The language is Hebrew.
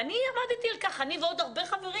אני עמדתי על כך, אני ועוד הרבה חברים.